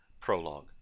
Prologue